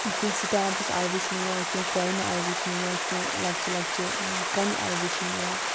کینٛہہ سٹیمپٕس آیہِ وٕچھنہٕ یا کینٛہہ کوینہٕ آیہِ وٕچھنہٕ یا کینٛہہ لۄکچہِ لۄکچہِ کَنہِ آیہِ وٕچھنہٕ یا